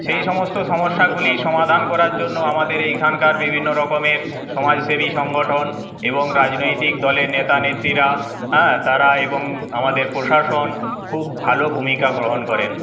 সেই সমস্ত সমস্যাগুলি সমাধান করার জন্য আমাদের এইখানকার বিভিন্নরকমের সমাজসেবী সংগঠন এবং রাজনৈতিক দলের নেতানেত্রীরা হ্যাঁ তাঁরা এবং আমাদের প্রশাসন খুব ভালো ভূমিকা গ্রহণ করেন